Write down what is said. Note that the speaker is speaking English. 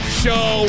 show